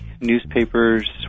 newspapers